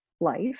life